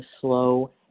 slow